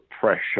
pressure